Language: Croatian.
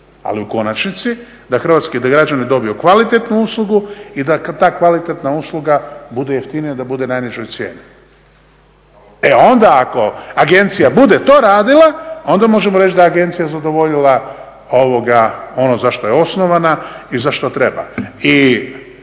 Ali u konačnici da hrvatski građani dobiju kvalitetnu uslugu i da kvalitetna usluga bude jeftinija da bude na najnižoj cijeni. E onda ako agencija bue to radila onda možemo reći da je agencija zadovoljila ono za što je osnovana i za što treba. I